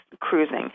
cruising